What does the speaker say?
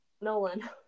Nolan